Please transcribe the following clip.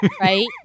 right